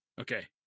Okay